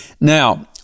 Now